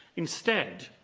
instead,